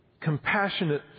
compassionate